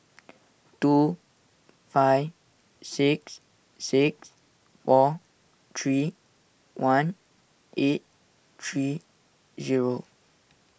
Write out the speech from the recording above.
two five six six four three one eight three zero